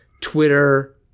Twitter